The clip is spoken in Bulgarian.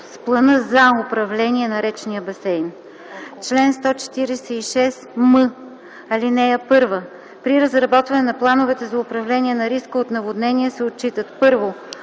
с плана за управление на речния басейн. Чл. 146м. (1) При разработване на плановете за управление на риска от наводнения се отчитат: